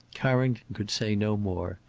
carrington could say no more.